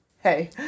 hey